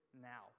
now